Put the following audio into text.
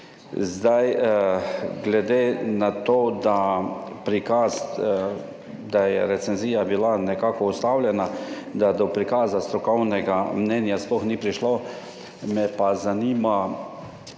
denarja. Glede na to, da je bila recenzija nekako ustavljena, da do prikaza strokovnega mnenja sploh ni prišlo, me pa zanima,